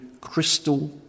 crystal